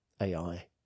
AI